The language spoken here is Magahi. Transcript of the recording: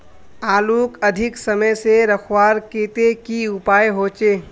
आलूक अधिक समय से रखवार केते की उपाय होचे?